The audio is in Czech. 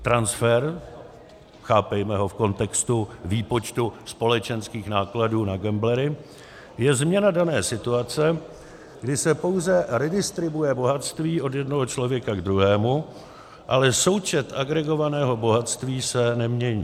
Transfer, chápejme ho v kontextu výpočtu společenských nákladů na gamblery, je změna dané situace, kdy se pouze redistribuuje bohatství od jednoho člověka ke druhému, ale součet agregovaného bohatství se nemění.